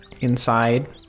Inside